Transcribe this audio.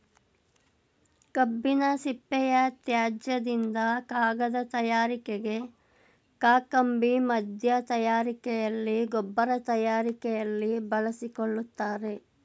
ಕಬ್ಬಿನ ಸಿಪ್ಪೆಯ ತ್ಯಾಜ್ಯದಿಂದ ಕಾಗದ ತಯಾರಿಕೆಗೆ, ಕಾಕಂಬಿ ಮಧ್ಯ ತಯಾರಿಕೆಯಲ್ಲಿ, ಗೊಬ್ಬರ ತಯಾರಿಕೆಯಲ್ಲಿ ಬಳಸಿಕೊಳ್ಳುತ್ತಾರೆ